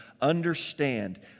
understand